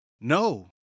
No